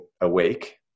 awake